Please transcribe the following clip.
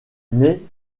nait